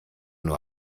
nur